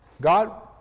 God